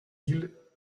îles